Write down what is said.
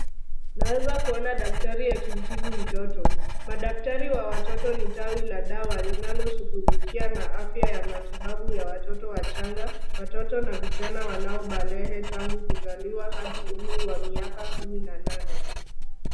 Tunaweza kuona daktari akimtibu mtoto. Madaktari wa watoto ni tawi la dawa linaloshugulikia na afya ya matatibabu ya watoto wachanga, watoto na vijana wanaobalehe tangu kuzaliwa hadi umri wa miaka kumi na nane.